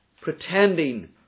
pretending